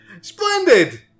Splendid